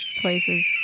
places